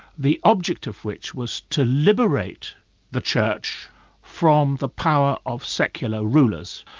the object of which was to liberate the church from the power of secular rulers.